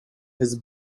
has